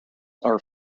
are